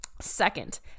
Second